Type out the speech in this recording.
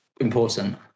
important